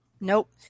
Nope